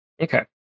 Okay